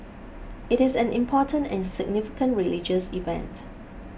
it is an important and significant religious event